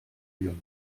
lluny